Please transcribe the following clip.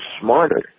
smarter